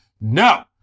No